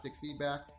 feedback